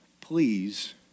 please